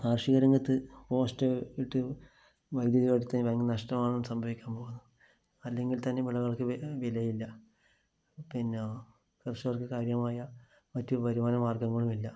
കാര്ഷികരംഗത്ത് post ഇട്ട് വൈദ്യുതി എടുത്ത് വന് നഷ്ടമാണ് സംഭവിക്കാന് പോകുന്നത് അല്ലെങ്കില് തന്നെ വിളകള്ക്ക് വിലയില്ല പിന്നെ കര്ഷകര്ക്ക് കാര്യമായ മറ്റ് വരുമാനമാര്ഗങ്ങളുമില്ല